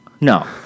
No